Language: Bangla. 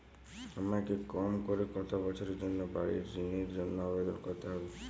আমাকে কম করে কতো বছরের জন্য বাড়ীর ঋণের জন্য আবেদন করতে হবে?